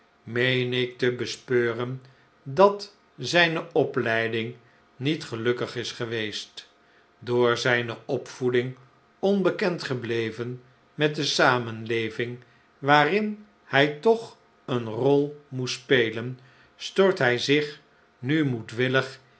ik te bespeuren dat zijne opleiding niet gelukkig is geweest door zijne opvoeding onbekend gebleven met de samenleving waarin hij toch eene rol moest spelen stort hij zich nu